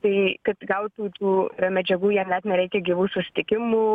tai kad gautų tų medžiagų jiem net nereikia gyvų susitikimų